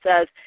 says